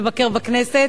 לבקר בכנסת.